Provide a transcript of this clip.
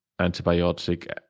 antibiotic